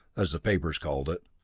as the papers called it.